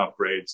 upgrades